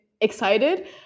excited